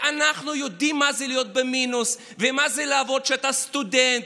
ואנחנו יודעים מה זה להיות במינוס ומה זה לעבוד כשאתה סטודנט,